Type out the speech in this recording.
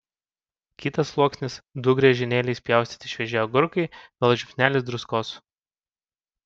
kitas sluoksnis du griežinėliais pjaustyti švieži agurkai vėl žiupsnelis druskos